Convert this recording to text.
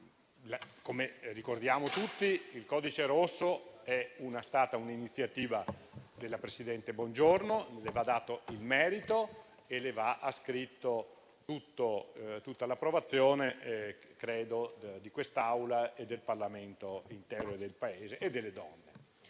Come ricordiamo tutti, il codice rosso è stata un'iniziativa della presidente Bongiorno, cui va riconosciuto il merito e va ascritta tutta l'approvazione di quest'Assemblea, del Parlamento intero, del Paese e delle donne.